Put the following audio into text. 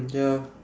ya